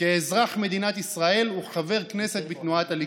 כאזרח מדינת ישראל וכחבר כנסת בתנועת הליכוד.